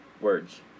words